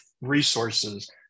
resources